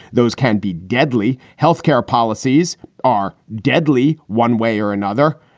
those can be deadly. health care policies are deadly one way or another.